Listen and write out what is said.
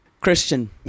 Christian